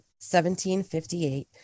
1758